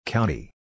County